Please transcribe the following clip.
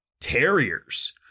terriers